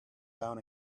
down